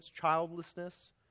childlessness